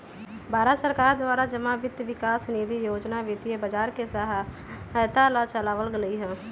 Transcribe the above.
भारत सरकार के द्वारा जमा वित्त विकास निधि योजना वित्तीय बाजार के सहायता ला चलावल गयले हल